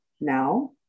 now